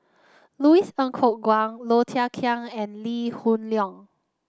Louis Ng Kok Kwang Low Thia Khiang and Lee Hoon Leong